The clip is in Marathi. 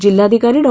जिल्हाधिकारी डॉ